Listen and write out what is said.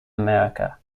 america